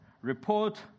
report